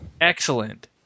Excellent